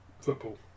Football